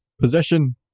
possession